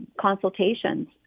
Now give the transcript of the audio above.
consultations